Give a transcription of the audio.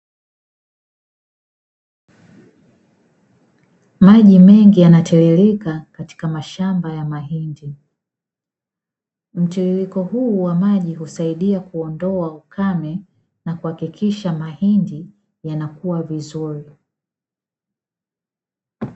Maji mengi yanatiririka katika mashamba ya mahindi, mtiririko huu wa maji husaidia kuondoa ukame na kuhakikisha mahindi yanakuwa vizuri.